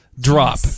drop